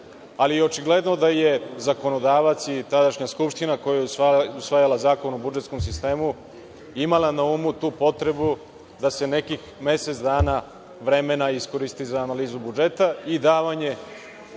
Ali, očigledno je da je zakonodavac i tadašnja skupština koja je usvajala zakon o budžetskom sistemu imala na umu tu potrebu da se nekih mesec dana vremena iskoristi za analizu budžeta i davanje